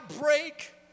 break